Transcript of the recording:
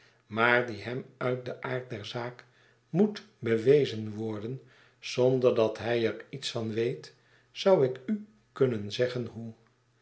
maar die hem uit den aard der zaak moet bewezen word en zonder dat hij er iets van weet zou ik u kunnen zeggen hoe